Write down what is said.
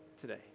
today